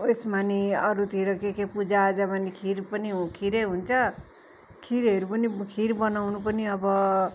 उएसमा नि अरूतिर के के पूजाआजामा नि खीर पनि खीरै हुन्छ खीरहरू पनि खीर बनाउनु पनि अब